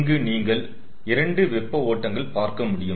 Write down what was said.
இங்கு நீங்கள் 2 வெப்ப ஓட்டங்கள் பார்க்க முடியும்